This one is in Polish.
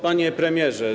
Panie Premierze!